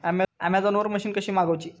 Amazon वरन machine कशी मागवची?